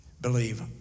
believe